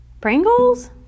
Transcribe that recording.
Pringles